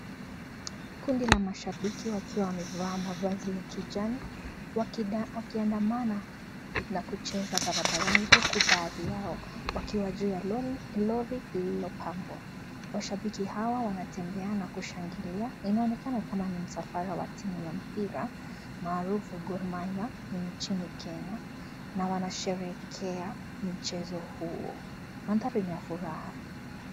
Kundi la mashabiki wakiwa wamevaa mavazi ya kijani wakiandamana na kucheza barabarani huku baadhi yao wakiwa juu ya Lori lililopakwa. Washibiki hawa wanatembea na kushangilia. Inaonekana kama ni msafara wa timu ya mpira almarufu Gormahia nchini Kenya na wanasherehekea mchezo huo. Maandhari ni ya furaha.